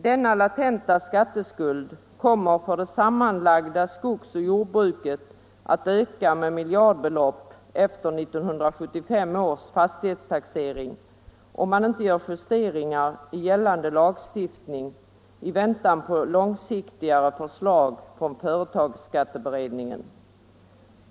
Denna latenta skatteskuld kommer för det sammanlagda skogs och jordbruket att öka med miljardbelopp efter 1975 års fastighetstaxering, om man inte gör justeringar i gällande lagstiftning i väntan på långsiktigare förslag från företagsskatteberedningen.